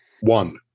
one